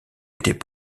était